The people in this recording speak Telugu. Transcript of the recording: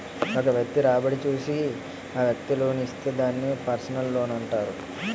ఒక వ్యక్తి రాబడి చూసి ఆ వ్యక్తికి లోన్ ఇస్తే దాన్ని పర్సనల్ లోనంటారు